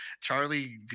Charlie